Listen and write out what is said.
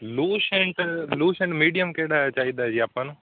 Lucent lucent medium ਕਿਹੜਾ ਚਾਹੀਦਾ ਜੀ ਆਪਾਂ ਨੂੰ